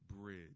bridge